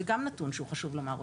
זה גם נתון שחשוב לומר אותו.